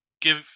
Give